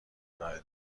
ارائه